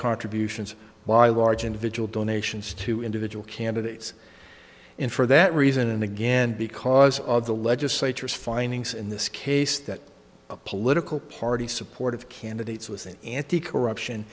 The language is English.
contributions by large individual donations to individual candidates in for that reason and again because of the legislature's findings in this case that political party support of candidates with an anti corruption